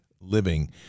living